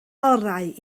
orau